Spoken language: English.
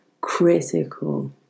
critical